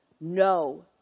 no